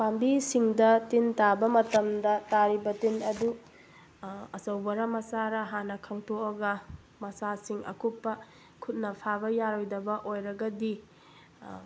ꯄꯥꯝꯕꯤꯁꯤꯡꯗ ꯇꯤꯟ ꯇꯥꯕ ꯃꯇꯝꯗ ꯇꯥꯔꯤꯕ ꯇꯤꯟ ꯑꯗꯨ ꯑꯆꯧꯕꯔ ꯃꯆꯥꯔ ꯍꯥꯟꯅ ꯈꯪꯇꯣꯛꯑꯒ ꯃꯆꯥꯁꯤꯡ ꯑꯀꯨꯞꯄ ꯈꯨꯠꯅ ꯐꯥꯕ ꯌꯥꯔꯣꯏꯗꯕ ꯑꯣꯏꯔꯒꯗꯤ